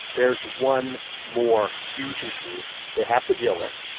there's one more huge issue they have to deal with.